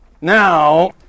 Now